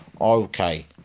Okay